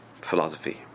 philosophy